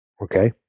Okay